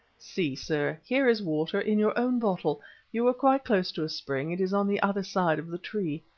see, sir, here is water in your own bottle you were quite close to a spring, it is on the other side of the tree.